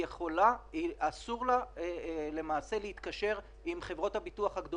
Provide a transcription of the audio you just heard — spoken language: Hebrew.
אפשר לסיים את הדברים בלי הערות ביניים?